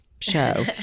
show